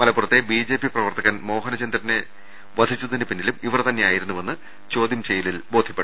മലപ്പുറത്തെ ബിജെപി പ്രവർത്തകൻ മോഹനചന്ദ്രനെ വധത്തിനു പിന്നിലും ഇവർ തന്നെയായിരു ന്നുവെന്ന് ചോദ്യം ചെയ്യലിൽ ബോധൃമായി